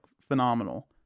phenomenal